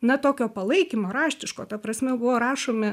na tokio palaikymo raštiško ta prasme buvo rašomi